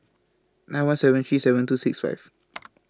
nine one seven three seven two six five